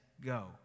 go